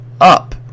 up